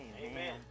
Amen